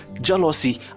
jealousy